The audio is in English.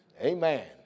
Amen